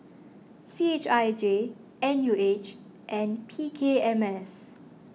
C H I J N U H and P K M S